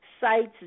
sites